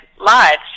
lives